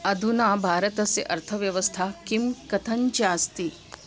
अधुना भारतस्य अर्थव्यवस्था किं कथञ्च अस्ति